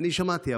אני שמעתי,